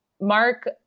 Mark